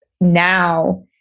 now